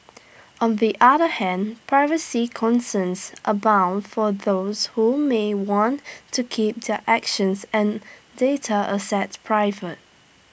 on the other hand privacy concerns abound for those who may want to keep their actions and data assets private